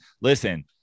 listen